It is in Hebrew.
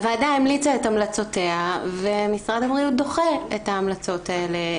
הוועדה המליצה את המלצותיה ומשרד הבריאות דוחה את ההמלצות האלה,